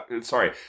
sorry